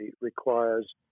requires